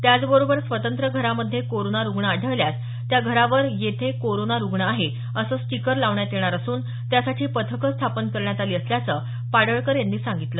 त्याचबरोबर स्वतंत्र घरामध्ये कोरोना रुग्ण आढळल्यास त्या घरावर येथे कोरोना रुग्ण आहे असं स्टीकर लावण्यात येणार असून त्यासाठी पथकं स्थापन करण्यात आली असल्याचं पाडळकर यांनी सांगितलं